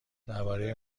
درباره